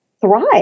thrive